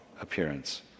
appearance